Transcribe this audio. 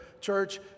church